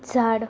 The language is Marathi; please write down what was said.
झाड